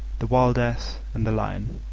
the wild ass, and the lion